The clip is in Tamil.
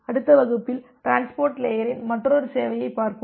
அடுத்த வகுப்பில் டிரான்ஸ்போர்ட் லேயரில் மற்றொரு சேவையைப் பார்ப்போம்